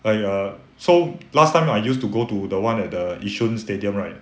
but ya so last time I used to go to the one at the yishun stadium right